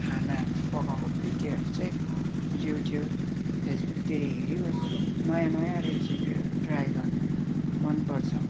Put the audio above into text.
खानाहरू पकाएको भिडियोहरू चाहिँ युट्युब फेसबुकतिर हेरिबस्छु नयाँ नयाँ रेसिपीहरू ट्राई गर्नु मनपर्छ